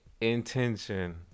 Intention